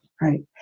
right